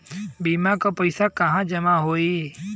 बीमा क पैसा कहाँ जमा होई?